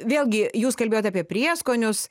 vėlgi jūs kalbėjot apie prieskonius